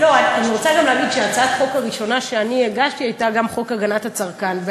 אני רוצה גם לומר שהצעת החוק הראשונה שהגשתי הייתה הצעת חוק הגנת הצרכן,